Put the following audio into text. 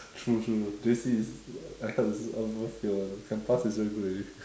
true true J_C is I heard is almost all fail [one] can pass is very good already